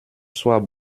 soit